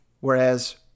Whereas